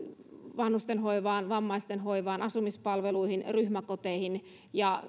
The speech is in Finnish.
vanhusten hoivaan vammaisten hoivaan asumispalveluihin ryhmäkoteihin